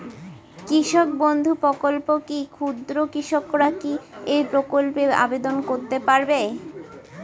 কৃষক বন্ধু প্রকল্প কী এবং ক্ষুদ্র কৃষকেরা কী এই প্রকল্পে আবেদন করতে পারবে?